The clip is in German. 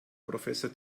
professor